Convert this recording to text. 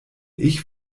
ich